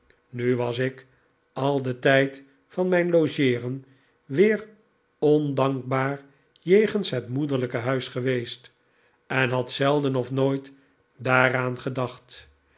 nu was ik al den tijd van mijn logeeren weer ondankbaar jegens het moederlijke huis geweest en had zelden of nooit daar aan gedacht